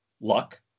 luck